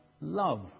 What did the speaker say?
love